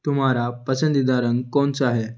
तुम्हारा पसंदीदा रंग कौन सा है